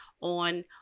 on